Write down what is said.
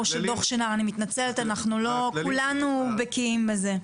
אני מתנצלת, לא כולנו בקיאים בזה.